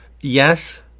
Yes